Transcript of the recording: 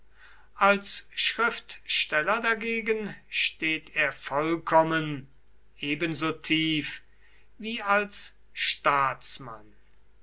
als schriftsteller dagegen steht er vollkommen ebenso tief wie als staatsmann